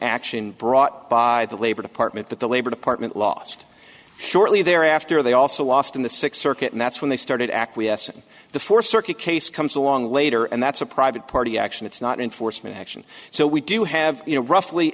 action brought by the labor department that the labor department lost shortly thereafter they also lost in the sixth circuit and that's when they started acquiescing the fourth circuit case comes along later and that's a private party action it's not enforcement action so we do have you know roughly